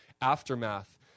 aftermath